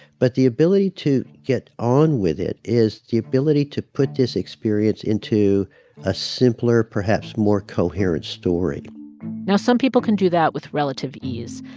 but the ability to get on with it is the ability to put this experience into a simpler, perhaps more coherent story now, some people can do that with relative ease.